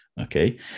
okay